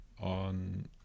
on